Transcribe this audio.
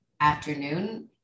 afternoon